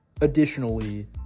Additionally